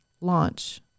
launch